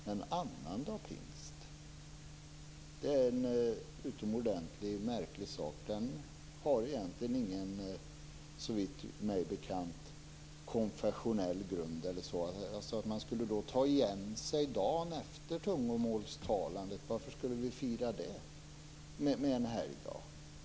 Men annandag pingst är en utomordentligt märklig sak. Såvitt jag vet har annandag pingst inte någon konfessionell grund osv. Man skulle ta igen sig dagen efter tungomålstagandet. Men varför skulle vi fira det med en helgdag?